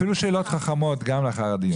אפילו שאלות חכמות גם לאחר הדיון.